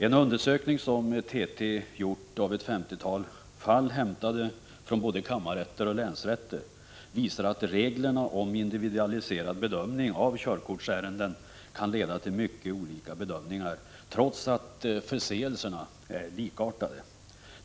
En undersökning som TT gjort av ett femtiotal liknande fall, hämtade från både kammarrätter och länsrätter, visar att de nya reglerna om en mer individualiserad bedömning av körkortsärenden kan leda till mycket olika bedömningar, trots att förseelserna varit likartade.